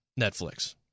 Netflix